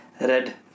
red